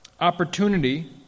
opportunity